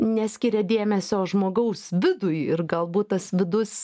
neskiria dėmesio žmogaus vidui ir galbūt tas vidus